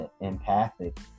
empathic